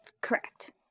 Correct